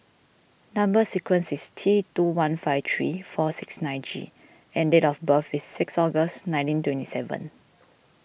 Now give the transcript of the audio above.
Number Sequence is T two one five three four six nine G and date of birth is six August nineteen twenty seven